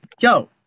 yo